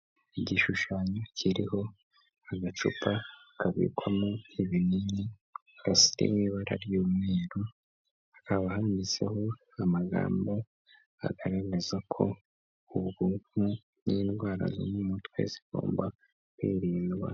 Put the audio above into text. Igishushanyo kiriho agacupa kabikwamo ibinini gasite mu ibara ry'umweru, hakaba hanyuzeho amagambo agaragaza ko ubwonko n'indwara zo mu mutwe zigomba kwirinda.